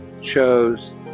chose